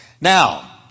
Now